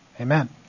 Amen